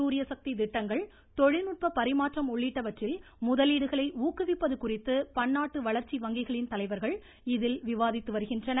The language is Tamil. சூரியசக்தி திட்டங்கள் தொழில்நுட்ப பரிமாற்றம் உள்ளிட்டவற்றில் முதலீடுகளை ஊக்குவிப்பது குறித்து பன்னாட்டு வளர்ச்சி வங்கிகளின் தலைவர்கள் இதில் விவாதித்து வருகின்றனர்